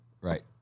Right